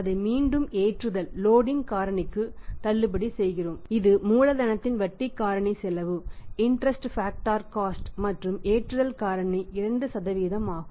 அதை மீண்டும் லோடிங் 2 ஆகும்